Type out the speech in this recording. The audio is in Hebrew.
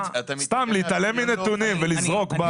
אני צריך לשלם לו שעות נוספות.